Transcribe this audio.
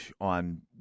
on